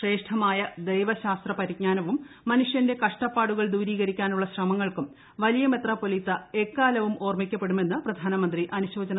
ശ്രേഷ്ഠമായ ദൈവശാസ്ത്ര പരിജ്ഞാനവും മനുഷ്യന്റെ കഷ്ടപ്പാടുകൾ ദൂരീകരിക്കാനുള്ള ശ്രമങ്ങൾക്കും വലിയ മെത്രാപ്പൊലീത്ത എക്കാലവും ഓർമ്മിക്കപ്പെടുമെന്ന് പ്രധാനമന്ത്രി അനുശോചന സന്ദേശത്തിൽ പറഞ്ഞു